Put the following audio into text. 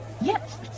Yes